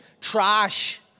trash